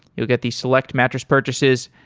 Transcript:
you'll get the select mattress purchases.